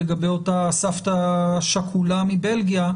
לגבי אותה סבתא שכולה מבלגיה,